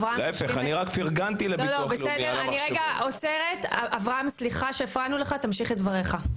שהפרענו לך, תמשיך את דבריך.